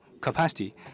capacity